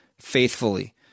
faithfully